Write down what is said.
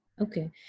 okay